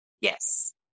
Yes